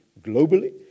globally